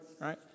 right